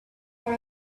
for